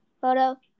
photo